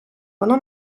воно